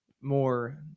more